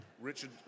Richard